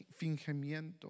fingimiento